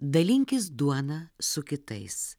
dalinkis duoną su kitais